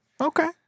okay